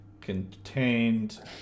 contained